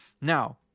Now